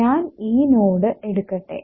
ഞാൻ ഈ നോഡ് എടുക്കട്ടെ